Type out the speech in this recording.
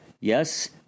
Yes